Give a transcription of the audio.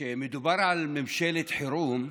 כשמדובר על ממשלת חירום,